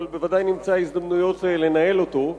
אבל בוודאי נמצא הזדמנויות לנהל אותו.